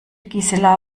gisela